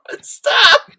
Stop